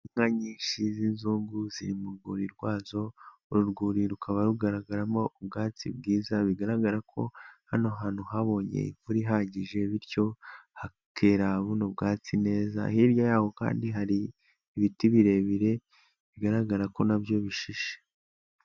Inka nyinshi z'inzungu ziri mu rwuri rwazo, uru rwuri rukaba rugaragaramo ubwatsi bwiza, bigaragara ko hano hantu habonye imvura ihagije bityo hakebona ubwatsi neza, hirya y'aho kandi hari ibiti birebire bigaragara ko na byo bishishe.